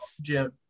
Jim